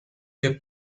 che